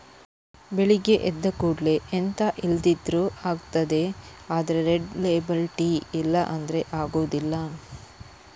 ಬೆಳಗ್ಗೆ ಎದ್ದ ಕೂಡ್ಲೇ ಎಂತ ಇಲ್ದಿದ್ರೂ ಆಗ್ತದೆ ಆದ್ರೆ ರೆಡ್ ಲೇಬಲ್ ಟೀ ಇಲ್ಲ ಅಂದ್ರೆ ಆಗುದಿಲ್ಲ